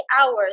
hours